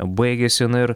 baigėsi na ir